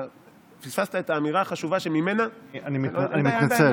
פספסת את האמירה החשובה שממנה, אני מתנצל.